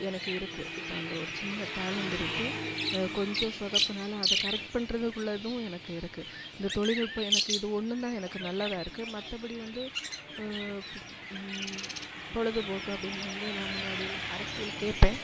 எனக்கு இருக்குது இப்போ அந்த ஒரு சின்ன டேலண்ட் இருக்குது கொஞ்சம் சொதப்புனாலும் அதை கரெக்ட் பண்ணுறதுக்குள்ளதும் எனக்கு இருக்குது இந்த தொழில்நுட்பம் எனக்கு இது ஒன்றுந்தான் எனக்கு நல்லதாக இருக்குது மற்றப்படி வந்து பொழுதுபோக்கு அப்படின்னு வந்து நான் முன்னாடியெல்லாம் அரசியல் கேட்பேன்